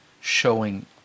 showing